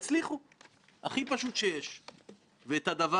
צריכים להבין שלא ניתן "לעבוד" על הציבור ב"שיטת מצליח",